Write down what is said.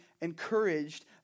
encouraged